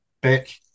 back